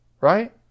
right